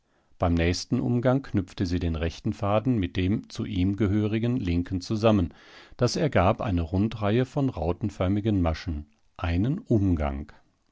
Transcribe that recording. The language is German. beim nächsten umgang knüpfte sie den rechten faden mit dem zu ihm gehörigen linken zusammen das ergab eine rundreihe von rautenförmigen maschen einen umgang